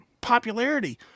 popularity